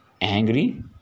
angry